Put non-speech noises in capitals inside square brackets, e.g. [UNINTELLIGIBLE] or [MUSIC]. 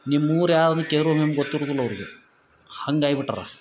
ನಿಮ್ಮೂರು ಯಾವ್ದು [UNINTELLIGIBLE] ಅಂತ ಗೊತ್ತಿರುದಿಲ್ಲ ಅವರಿಗೆ ಹಂಗಾಗಿ ಬಿಟ್ಟಾರ